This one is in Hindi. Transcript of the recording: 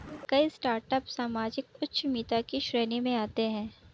कई स्टार्टअप सामाजिक उद्यमिता की श्रेणी में आते हैं